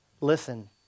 listen